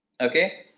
okay